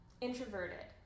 introverted